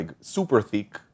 super-thick